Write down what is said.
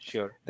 Sure